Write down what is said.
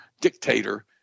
dictator